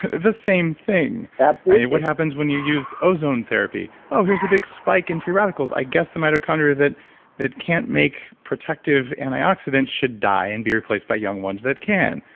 the same thing absolutely what happens when you use ozone therapy? oh, here's a big spike in free radicals. i guess the mitochondria that that can't make protective antioxidants should die and be replaced by young ones that can.